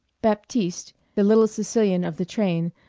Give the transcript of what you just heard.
baptiste, the little sicilian of the train,